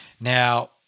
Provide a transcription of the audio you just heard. Now –